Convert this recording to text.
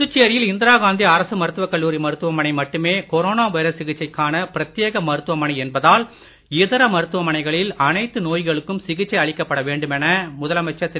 புதுச்சேரியில் இந்திரா காந்தி அரசு மருத்துவக் கல்லூரி மருத்துவமனை மட்டுமே கொரோனா வைரஸ் சிகிச்சைக்கான பிரத்தியேக மருத்துவமனை என்பதால் இதர மருத்துவமனைகளில் எல்லா நோய்களுக்கும் சிகிச்சை அளிக்கப்பட வேண்டுமென முதலமைச்சர் திரு